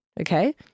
Okay